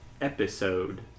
episode